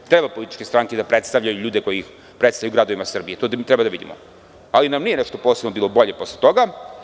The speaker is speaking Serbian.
Trebapolitičke stranke da predstavljaju ljude koji ih predstavljaju gradovima Srbije, to treba da vidimo, ali nam nije nešto posebno bilo bolje posle toga.